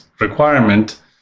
requirement